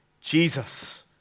Jesus